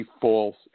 false